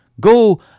Go